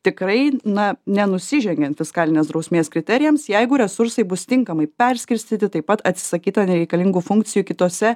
tikrai na nenusižengiant fiskalinės drausmės kriterijams jeigu resursai bus tinkamai perskirstyti taip pat atsisakyta nereikalingų funkcijų kitose